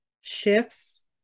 Shifts